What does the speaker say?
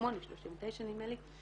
39-38 נדמה לי.